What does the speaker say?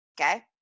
Okay